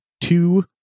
two